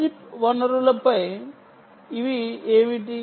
chip వనరులపై ఇవి ఏమిటి